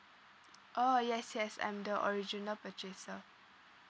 oh yes yes I'm the original purchaser